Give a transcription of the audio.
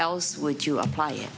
else would you apply it